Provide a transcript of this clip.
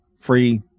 free